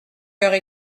heures